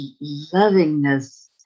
lovingness